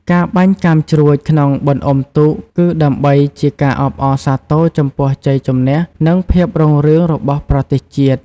ការបាញ់កាំជ្រួចក្នុងបុណ្យអុំទូក គឺដើម្បីជាការអបអរសាទរចំពោះជ័យជម្នះ និងភាពរុងរឿងរបស់ប្រទេសជាតិ។